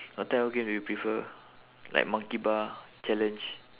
what type of game do you prefer like monkey bar challenge